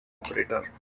operator